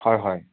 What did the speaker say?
হয় হয়